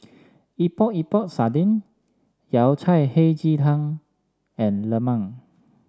Epok Epok Sardin Yao Cai Hei Ji Tang and Lemang